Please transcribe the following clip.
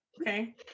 Okay